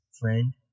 friend